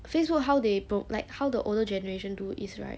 facebook how they pro~ like how the older generation do is right